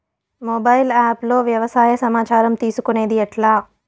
Mobile app లో వ్యవసాయ సమాచారం తీసుకొనేది ఎట్లా?